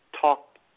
talk